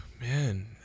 Man